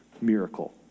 miracle